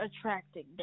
Attracting